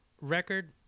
record